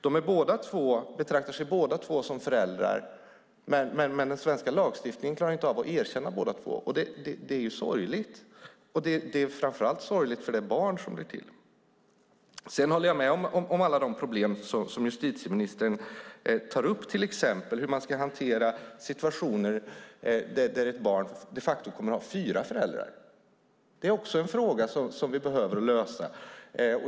De betraktar sig båda två som föräldrar, men den svenska lagstiftningen klarar inte av att erkänna båda två som föräldrar. Det är sorgligt, och det är framför allt sorgligt för det barn som blir till. Sedan håller jag med justitieministern när det gäller alla problem hon tar upp, till exempel hur man ska hantera situationen att ett barn de facto kommer att ha fyra föräldrar. Det är också en fråga som vi behöver lösa.